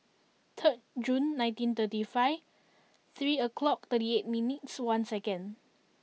third Jun nineteen thirty five three o'clock thirty eight minutes one seconds